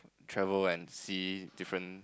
travel and see different